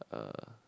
uh